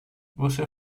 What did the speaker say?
você